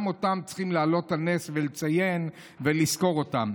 גם אותם צריכים להעלות על נס ולציין ולזכור אותם.